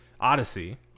Odyssey